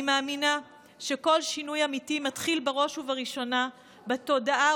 אני מאמינה שכל שינוי אמיתי מתחיל בראש ובראשונה בתודעה,